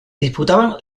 disputaban